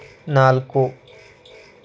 ನಾಲ್ಕು